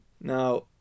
Now